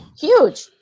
Huge